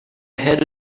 had